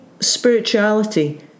spirituality